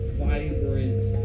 vibrant